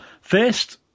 first